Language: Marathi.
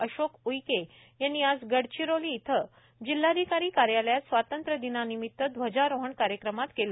अशोक उईके यांनी आज गडचिरोली इथं जिल्हाधिकारी कार्यालयात स्वातंत्र्यदिनानिमित्त ध्वजारोहण कार्यक्रमात केल